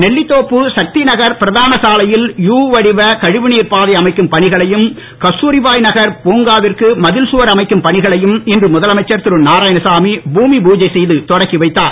நெல்லித்தோப்பு சக்திநகர் பிரதான சாலையில் யு வடிவ கழிவுநீர் பாதை அமைக்கும் பணிகளையும் கஸ்தூரிபாய் நகர் புங்காவிற்கு மதில் சுவர் அமைக்கும் பணிகளையும் இன்று முதலமைச்சர் இருநாராயணசாமி பூமி பூஜை செய்து தொடக்கிவைத்தார்